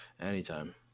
Anytime